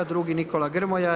Drugi Nikola Grmoja.